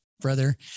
brother